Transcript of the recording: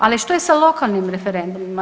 Ali što je sa lokalnim referendumima?